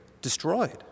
destroyed